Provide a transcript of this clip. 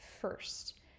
first